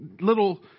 little